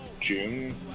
June